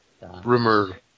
rumor